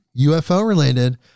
UFO-related